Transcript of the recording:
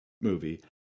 movie